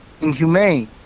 inhumane